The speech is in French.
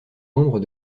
membres